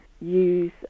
use